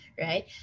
right